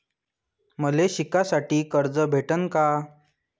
मले शिकासाठी कर्ज भेटन का?